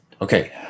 Okay